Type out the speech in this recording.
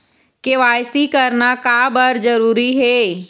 KYC करना का बर जरूरी हे?